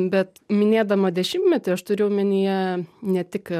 bet minėdama dešimtmetį aš turiu omenyje ne tik